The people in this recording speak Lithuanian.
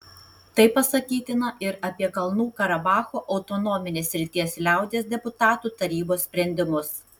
tai pasakytina ir apie kalnų karabacho autonominės srities liaudies deputatų tarybos sprendimus